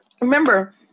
Remember